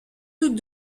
tous